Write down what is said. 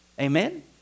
Amen